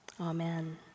Amen